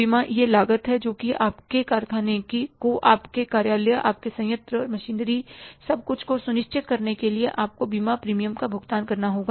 बीमा यह लागत है जोकि आपके कारखाने को आपके कार्यालय आपके संयंत्र मशीनरी सब कुछ को सुनिश्चित करने के लिए आपको बीमा प्रीमियम का भुगतान करना होगा